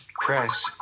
Press